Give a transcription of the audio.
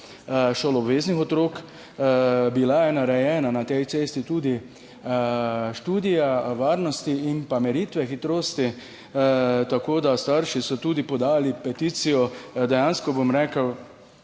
šoloobveznih otrok. Bila je narejena na tej cesti tudi študija varnosti in pa meritve hitrosti. Tako da starši so tudi podali peticijo, dejansko, bom rekel,